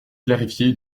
clarifier